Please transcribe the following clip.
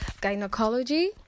gynecology